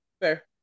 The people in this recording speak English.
Fair